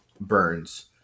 Burns